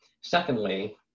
Secondly